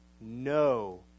no